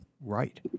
right